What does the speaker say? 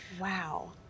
Wow